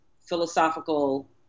philosophical